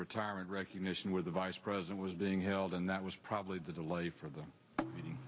retirement recognition where the vice president was being held and that was probably the delay for the meeting